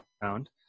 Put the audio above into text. found